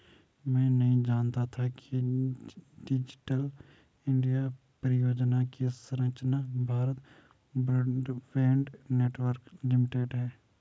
मैं नहीं जानता था कि डिजिटल इंडिया परियोजना की संरक्षक भारत ब्रॉडबैंड नेटवर्क लिमिटेड है